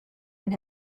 and